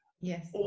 Yes